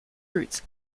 roots